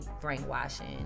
brainwashing